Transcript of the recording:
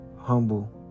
humble